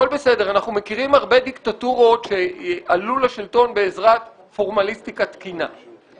אנחנו מכירים הרבה דיקטטורות שעלו לשלטון בעזרת פורמליסטיקה תקינה,